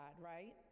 right